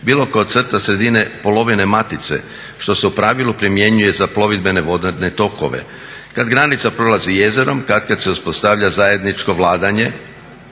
bilo kao crta sredine polovine matice što se u pravilu primjenjuje za plovidbene vodene tokove. Kad granica prolazi jezerom kad kad se uspostavlja zajedničko vladanje